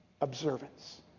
observance